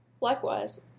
likewise